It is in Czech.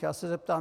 Já ze zeptám: